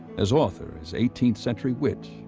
as author, as eighteenth century wit